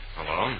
Hello